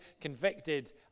convicted